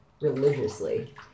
religiously